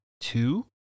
two